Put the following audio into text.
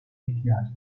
ihtiyacı